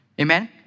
amen